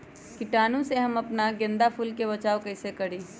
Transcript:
कीटाणु से हम अपना गेंदा फूल के बचाओ कई से करी?